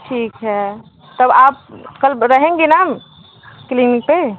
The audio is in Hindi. ठीक है तब आप कल रहेंगी न क्लिनिक पर